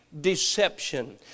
deception